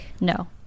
no